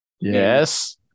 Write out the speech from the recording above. Yes